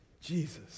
Jesus